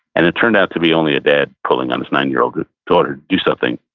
and turned out to be only a dad pulling on his nine year old daughter to do something,